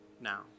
now